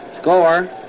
score